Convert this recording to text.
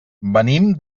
venim